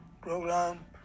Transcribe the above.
program